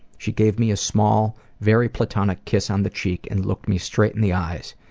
she gave me a small, very platonic kiss on the cheek and looked me straight in the eyes.